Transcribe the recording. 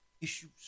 issues